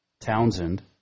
Townsend